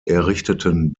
errichteten